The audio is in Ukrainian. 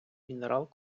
мінерал